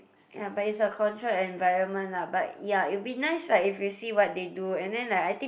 ya but it's a controlled environment lah but ya it'll be nice lah if you see what they do and then like I think